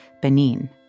Benin